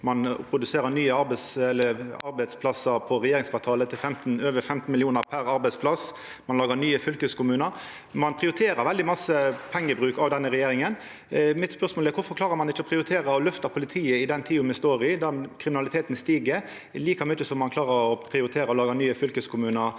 ein produserer nye arbeidsplassar på regjeringskvartalet til over 15 mill. kr per arbeidsplass, ein lagar nye fylkeskommunar – ein prioriterer veldig masse pengebruk i denne regjeringa. Mitt spørsmål er: Kvifor klarer ein ikkje å prioritera å løfta politiet i den tida me står i, der kriminaliteten stig, like mykje som ein klarar å prioritera å laga nye fylkeskommunar,